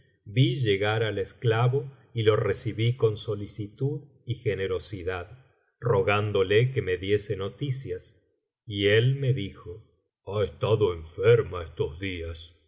vi llegar al esclavo y lo recibí con solicitud y generosidad rogándole que me diese noticias y él me dijo ha estado enferma estos días